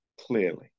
clearly